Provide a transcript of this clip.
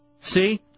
See